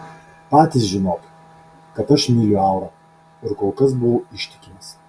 patys žinot kad aš myliu aurą ir kol kas buvau ištikimas